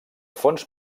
fons